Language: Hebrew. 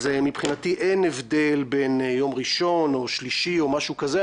אז מבחינתי אין הבדל בין יום ראשון או שלישי או משהו כזה.